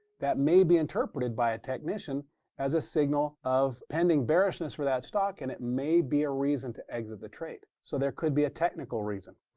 that may be interpreted by a technician as a signal of pending bearishness for that stock, and it may be a reason to exit the trade. so there could be a technical reason.